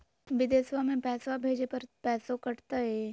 बिदेशवा मे पैसवा भेजे पर पैसों कट तय?